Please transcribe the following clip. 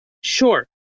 Sure